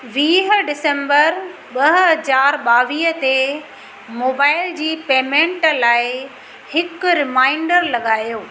वीह डिसेम्बर ॿ हज़ार ॿावीह ते मोबाइल जी पेमेंट लाइ हिकु रिमाइंडर लॻायो